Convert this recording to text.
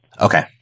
Okay